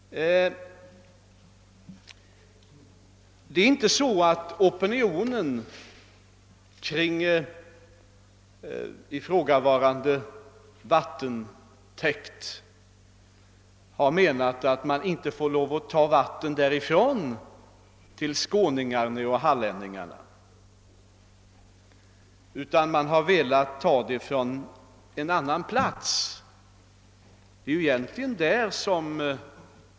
Det är inte så att opinionen beträffande ifrågavarande vattentäkt har menat att man inte får leda bort vatten från denna till Skåne och Halland utan den har velat att vattnet skulle tas från en annan plats.